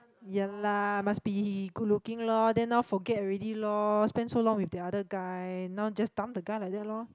ya lah must be good looking lor then now forget already lor spend so long with the another guy now just dump the guy like that lor